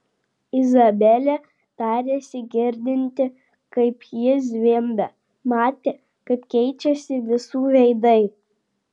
izabelė tarėsi girdinti kaip ji zvimbia matė kaip keičiasi visų veidai